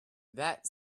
that